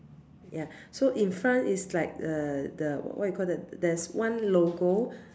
ya so in front is like err the what you call that there's one logo